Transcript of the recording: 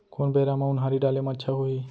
कोन बेरा म उनहारी डाले म अच्छा होही?